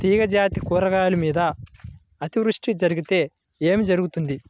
తీగజాతి కూరగాయల మీద అతివృష్టి జరిగితే ఏమి జరుగుతుంది?